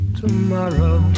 tomorrow